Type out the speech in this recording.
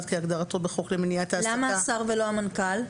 כהגדרתו בחוק למניעת העסקה- -- למה השר ולא המנכ"ל?